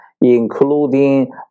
including